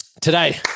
Today